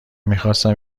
میخواستم